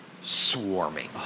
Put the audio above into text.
swarming